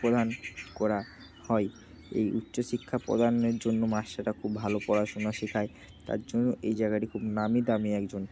প্রদান করা হয় এই উচ্চশিক্ষা প্রদানের জন্য মাস্টাররা খুব ভালো পড়াশোনা শেখায় তার জন্য এই জায়গাটি খুব নামী দামি একজন